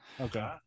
Okay